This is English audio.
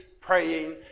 praying